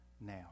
now